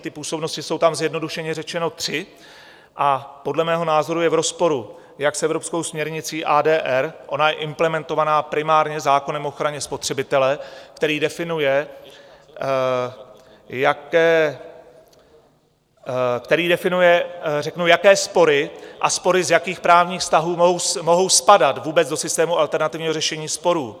Ty působnosti jsou tam zjednodušeně řečeno tři, a podle mého názoru je v rozporu jak s evropskou směrnicí ADR ona je implementovaná primárně zákonem o ochraně spotřebitele, který definuje, řeknu jaké spory a spory z jakých právních vztahů mohou spadat vůbec do systému alternativního řešení sporů.